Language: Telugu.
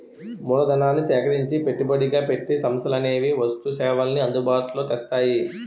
మూలధనాన్ని సేకరించి పెట్టుబడిగా పెట్టి సంస్థలనేవి వస్తు సేవల్ని అందుబాటులో తెస్తాయి